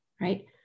right